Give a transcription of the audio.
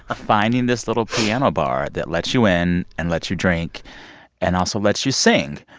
ah finding this little piano bar that lets you in and lets you drink and also lets you sing.